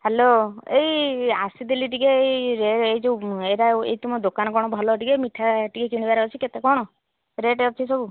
hello ଏଇ ଆସିଥିଲି ଟିକେ ଏଇ ଏଇ ଯେଉଁ ଏଇଟା ଏଇ ତୁମ ଦୋକାନ କ'ଣ ଭଲ ଟିକେ ମିଠା ଟିକେ କିଣିବାର ଅଛି କେତେ କ'ଣ ରେଟ୍ ଅଛି ସବୁ